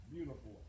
Beautiful